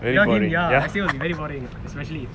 without him ya the essay would be very boring especially